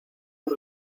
por